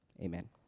Amen